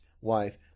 wife